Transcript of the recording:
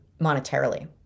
monetarily